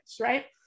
Right